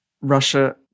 Russia